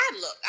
look